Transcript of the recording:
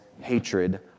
hatred